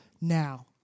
now